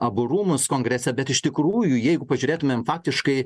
abu rūmus kongrese bet iš tikrųjų jeigu pažiūrėtumėm faktiškai